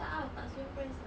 tak ah tak student price ah